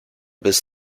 bis